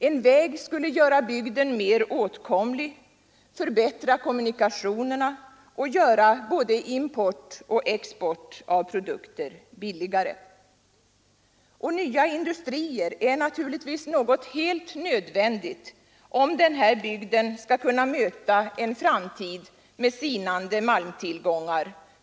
En väg skulle göra bygden mer åtkomlig, förbättra kommunikationerna och göra både import och export av produkter billigare. Och nya industrier är naturligtvis något helt nödvändigt om denna bygd med någorlunda tillförsikt skall kunna möta en framtid med sinande malmtillgångar.